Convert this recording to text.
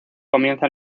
comienza